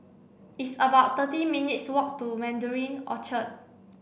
it's about thirty minutes' walk to Mandarin Orchard